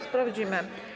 Sprawdzimy.